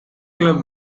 club